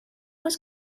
was